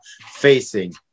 facing